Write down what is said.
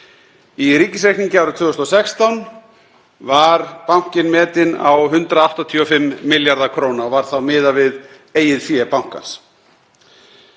Í ríkisreikningi árið 2016 var bankinn metinn á 185 milljarða kr. og var þá miðað við eigið fé bankans.